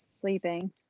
sleeping